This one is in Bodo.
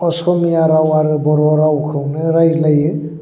असमिया राव आरो बर' रावखौनो रायज्लायो